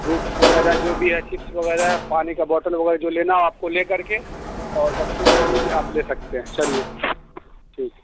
fruits وغیرہ جو بھی ہے چپس وغیرہ پانی کا بوٹل وغیرہ جو لینا ہو آپ کو لے کر کے اور بچوں کے لیے بھی آپ لے سکتے ہیں چلیے ٹھیک